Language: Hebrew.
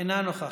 אינה נוכחת.